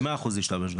ב-100 להשתמש.